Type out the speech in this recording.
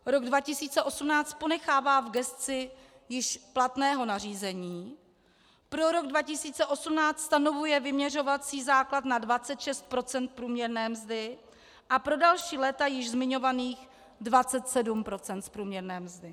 Rok 2018 ponechává v gesci již platného nařízení, pro rok 2018 stanovuje vyměřovací základ na 26 % z průměrné mzdy a pro další léta již zmiňovaných 27 % z průměrné mzdy.